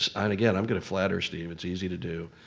and again, i'm gonna flatter steve. it's easy to do.